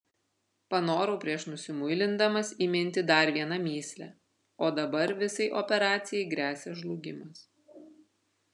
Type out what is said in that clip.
panorau prieš nusimuilindamas įminti dar vieną mįslę o dabar visai operacijai gresia žlugimas